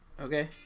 Okay